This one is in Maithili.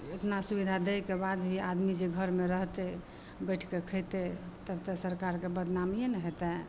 एतना सुबिधा दैके बाद भी आदमी जे घरमे रहतै बैठके खयतै तब तऽ सरकार के बदनामीए नऽ हेतय